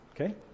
Okay